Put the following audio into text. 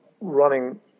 running